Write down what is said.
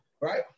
right